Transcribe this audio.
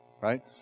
Right